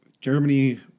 Germany